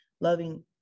loving